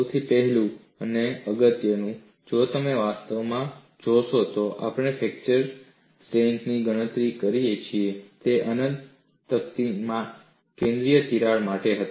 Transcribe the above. સૌથી પહેલું અને અગત્યનું જો તમે વાસ્તવમાં જોશો તો આપણે જે ફ્રેક્ચર સ્ટ્રેન્થ ની ગણતરી કરી છે તે અનંત તકતીમાં કેન્દ્રીય તિરાડ માટે હતી